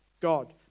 God